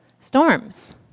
storms